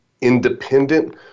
independent